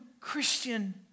Christian